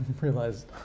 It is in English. realized